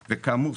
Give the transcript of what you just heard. וכאמור,